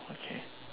okay